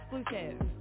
exclusive